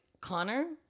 Connor